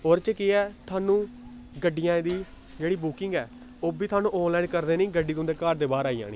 ओह्दे च केह् ऐ थुहानूं गड्डियां दी जेह्ड़ी बुकिंग ऐ ओह् बी थुहानूं आनलाइन कर देनी गड्डी तुं'दे घर दे बाह्र आई जानी